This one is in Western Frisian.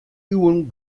iuwen